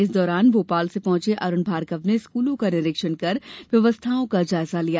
इस दौरान भोपाल से पहुंचें अरूण भार्गव ने स्कूलों का निरीक्षण कर व्यवस्थाओं का जायजा लिया